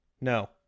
No